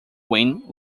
win